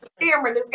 camera